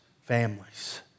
families